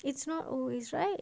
it's not always right